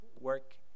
work